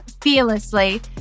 fearlessly